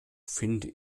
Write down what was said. finde